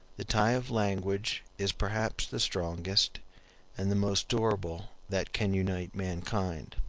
the tie of language is perhaps the strongest and the most durable that can unite mankind.